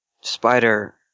Spider